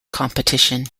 competition